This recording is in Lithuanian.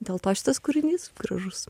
dėl to šitas kūrinys gražus